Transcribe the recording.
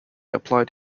applied